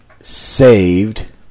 saved